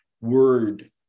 word